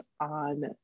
on